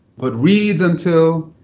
but reads until